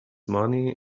money